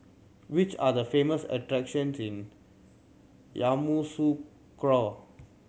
which are the famous attraction Yamoussoukro